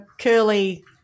curly